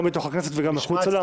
גם בתוך הכנסת וגם מחוצה לה,